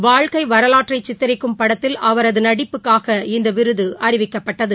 வாழ்க்கை வரவாற்றை சித்தரிக்கும் படத்தில் அவரது நடிப்புக்காக இந்த விருது அறிவிக்கப்பட்டது